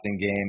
game